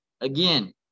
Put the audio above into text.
Again